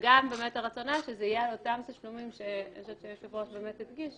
וגם הרצון היה שזה יהיה על אותם תשלומים שהיושב-ראש הדגיש,